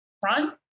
front